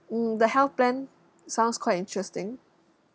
mm the health plan sounds quite interesting